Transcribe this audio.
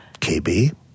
KB